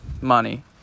money